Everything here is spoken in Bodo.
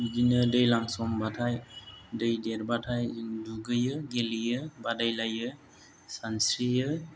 बिदिनो दैज्लां समबाथाय दै देरबाथाय दुगैयो गेलेयो बादायलायो सानस्रियो